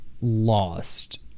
lost